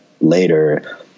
later